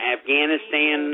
Afghanistan